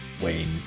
Wayne